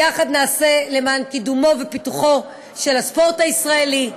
יחד נעשה למען קידומו ופיתוחו של הספורט הישראלי.